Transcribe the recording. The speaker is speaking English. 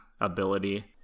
ability